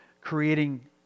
creating